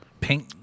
pink